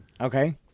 Okay